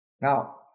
Now